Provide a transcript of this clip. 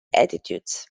attitudes